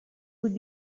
would